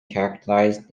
characterized